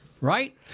right